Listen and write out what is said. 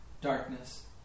darkness